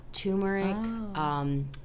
Turmeric